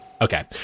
Okay